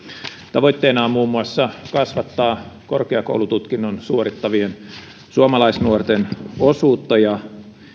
tavoitteena on muun muassa kasvattaa korkeakoulututkinnon suorittavien suomalaisnuorten osuutta ja